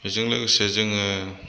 बेजों लोगोसे जोङो